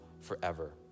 forever